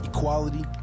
Equality